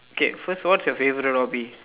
okay first what's your favourite o